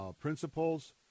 principles